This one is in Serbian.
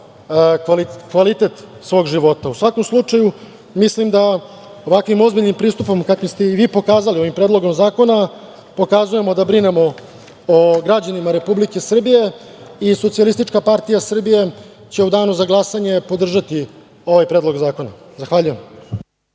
kvalitet svog života.U svakom slučaju ovakvim ozbiljnim pristupom, kako ste i vi pokazali, ovim predlogom zakona, pokazujemo da brinemo o građanima Republike Srbije i SPS će u danu za glasanje podržati ovaj predlog zakona. Zahvaljujem.